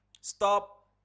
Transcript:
Stop